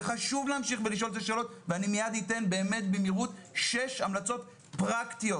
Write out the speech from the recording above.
חשוב להמשיך לשאול את השאלות ומייד אתן שש המלצות פרקטיות,